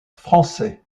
français